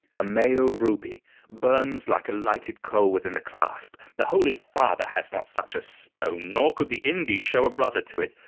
a male ruby burns like a lighted coal within the clasp the holy father has not such a stone, nor could the indies show a brother to it.